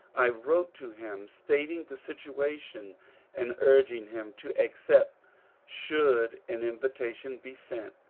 i wrote to him, stating the situation and urging him to accept should an invitation be sent.